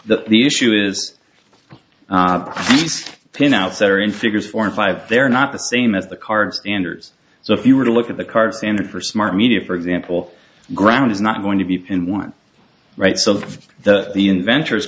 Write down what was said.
that the issue is pin outsider in figures for five they're not the same as the cards anders so if you were to look at the cards in the for smart media for example ground is not going to be in one right so the the inventors